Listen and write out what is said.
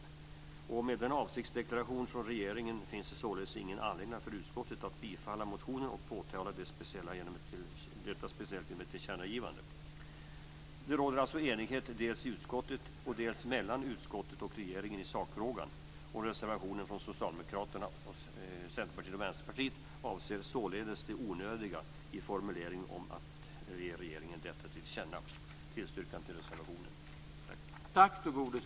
Med tanke på regeringens avsiktsdeklaration finns det ingen anledning för utskottet att tillstyrka motionen och att speciellt understryka detta genom ett tillkännagivande. Det råder alltså enighet dels i utskottet, dels mellan utskottet och regeringen i sakfrågan. Reservationen från Socialdemokraterna, Centerpartiet och Vänsterpartiet avser att det är onödigt att göra ett tillkännagivande till regeringen i frågan. Jag tillstyrker reservationen.